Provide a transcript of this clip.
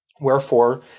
Wherefore